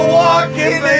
walking